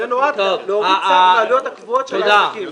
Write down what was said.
זה נועד להוריד את העלויות הקבועות של העסקים.